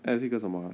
as 一个什么 ah